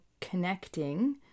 connecting